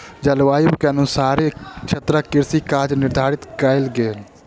जलवायु के अनुसारे क्षेत्रक कृषि काज निर्धारित कयल गेल